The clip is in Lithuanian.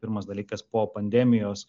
pirmas dalykas po pandemijos